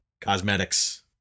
cosmetics